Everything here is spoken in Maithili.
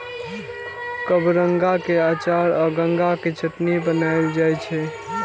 कबरंगा के अचार आ गंगा के चटनी बनाएल जाइ छै